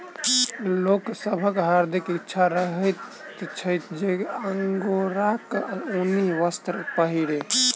लोक सभक हार्दिक इच्छा रहैत छै जे अंगोराक ऊनी वस्त्र पहिरी